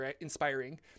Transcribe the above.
inspiring